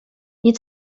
nie